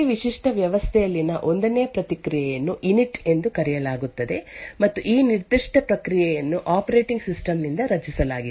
ಪ್ರತಿ ವಿಶಿಷ್ಟ ವ್ಯವಸ್ಥೆಯಲ್ಲಿನ 1 ನೇ ಪ್ರಕ್ರಿಯೆಯನ್ನು ಇನಿಟ್ ಎಂದು ಕರೆಯಲಾಗುತ್ತದೆ ಮತ್ತು ಈ ನಿರ್ದಿಷ್ಟ ಪ್ರಕ್ರಿಯೆಯನ್ನು ಆಪರೇಟಿಂಗ್ ಸಿಸ್ಟಮ್ ನಿಂದ ರಚಿಸಲಾಗಿದೆ